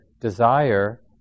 desire